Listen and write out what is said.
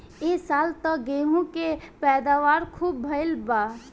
ए साल त गेंहू के पैदावार खूब भइल बा